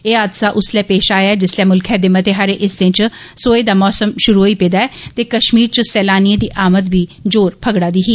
एह हादसा उस्सलै पेष आया जिस्सले मुल्खै दे मते हारे हिस्सें च सोहे दा मौसम षुरु होई पेदा ऐ ते कष्मीर च सैलानिएं दी आमद बी जोर फगड़ा दी ही